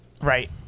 Right